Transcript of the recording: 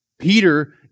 Peter